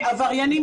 אמרתם.